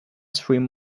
swim